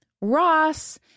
Ross